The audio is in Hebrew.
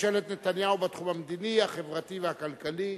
ממשלת נתניהו בתחום המדיני, החברתי והכלכלי.